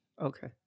okay